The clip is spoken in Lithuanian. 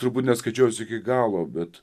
turbūt neskaičiau iki galo bet